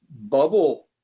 bubble